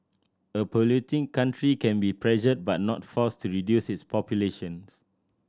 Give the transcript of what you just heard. a polluting country can be pressured but not forced to reduce its population